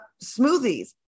smoothies